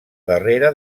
darrere